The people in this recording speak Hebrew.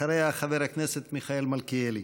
אחריה, חבר הכנסת מיכאל מלכיאלי.